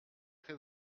très